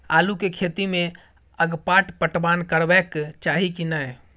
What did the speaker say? आलू के खेती में अगपाट पटवन करबैक चाही की नय?